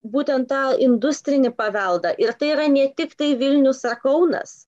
būtent tą industrinį paveldą ir tai yra ne tiktai vilnius ar kaunas